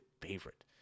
favorite